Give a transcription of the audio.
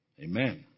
Amen